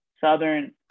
Southern